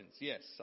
Yes